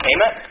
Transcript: Amen